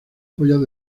joyas